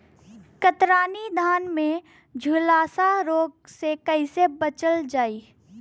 कतरनी धान में झुलसा रोग से कइसे बचल जाई?